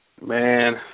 Man